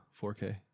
4K